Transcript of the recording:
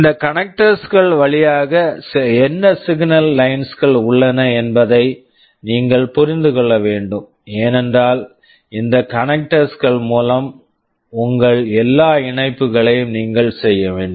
இந்த connectors connectors கள் வழியாக என்ன சிக்னல் லைன்ஸ் signal lines கள் உள்ளன என்பதை நீங்கள் புரிந்து கொள்ள வேண்டும் ஏனென்றால் இந்த கனக்டர்ஸ் connectors கள் மூலம் உங்கள் எல்லா இணைப்புகளையும் நீங்கள் செய்ய வேண்டும்